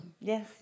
yes